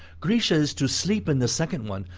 grisha is to sleep in the second one,